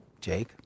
Jake